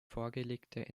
vorgelegte